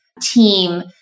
team